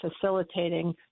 facilitating